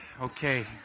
Okay